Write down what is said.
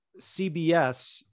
CBS